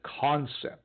concept